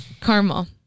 caramel